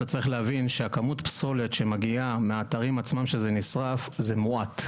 אתה צריך להבין שכמות הפסולת שמגיעה מהאתרים עצמם שזה נשרף זה מועט.